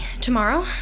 Tomorrow